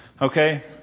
Okay